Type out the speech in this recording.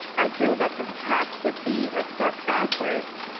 i feel that this tax would be a step backwards,